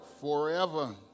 forever